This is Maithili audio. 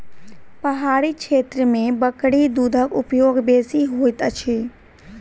पहाड़ी क्षेत्र में बकरी दूधक उपयोग बेसी होइत अछि